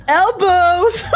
elbows